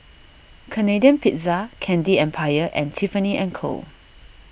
Canadian Pizza Candy Empire and Tiffany and Co